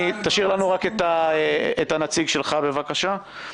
תשאיר לנו את הנציג שלך, בבקשה.